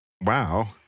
wow